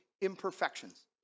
imperfections